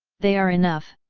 they are enough!